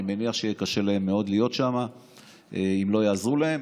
ואני מניח שיהיה להם מאוד קשה להיות שם אם לא יעזרו להם.